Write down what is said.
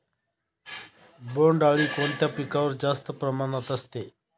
बोंडअळी कोणत्या पिकावर जास्त प्रमाणात असते?